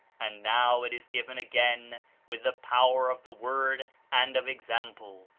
and now it is given again with the power of the word and of example,